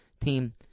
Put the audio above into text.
Team